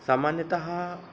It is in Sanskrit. सामान्यतः